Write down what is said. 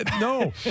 No